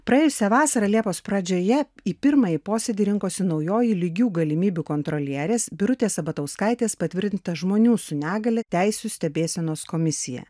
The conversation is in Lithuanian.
praėjusią vasarą liepos pradžioje į pirmąjį posėdį rinkosi naujoji lygių galimybių kontrolierės birutės sabatauskaitės patvirtinta žmonių su negalia teisių stebėsenos komisija